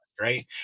right